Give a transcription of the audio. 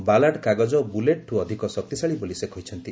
ballot କାଗଜ ବୁଲେଟ୍ଠୁ ଅଧିକ ଶକ୍ତିଶାଳୀ ବୋଲି ସେ କହିଛନ୍ତି